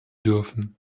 dürfen